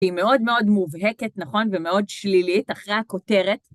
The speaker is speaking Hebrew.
היא מאוד מאוד מובהקת, נכון, ומאוד שלילית, אחרי הכותרת.